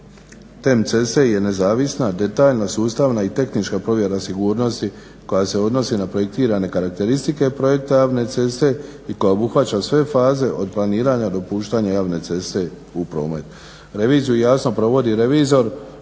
ceste je nezavisna, detaljna, sustavna i tehnička provjera sigurnosti koja se odnosi na projektirane karakteristike projekta javne ceste i koja obuhvaća sve faze od planiranja do puštanja javne ceste u promet. Reviziju jasno provodi revizor